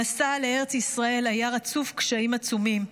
המסע לארץ ישראל היה רצוף קשיים עצומים.